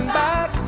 back